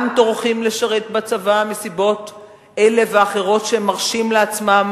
טורחים לשרת בצבא מסיבות אלה ואחרות שהם מרשים לעצמם